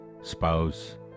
spouse